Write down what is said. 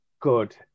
good